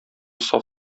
саф